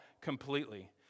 completely